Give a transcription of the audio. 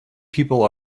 people